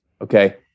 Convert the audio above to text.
Okay